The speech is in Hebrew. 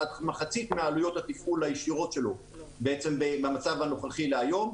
מחצית מעלויות התפעול הישירות שלו בין המצב הנוכחי להיום.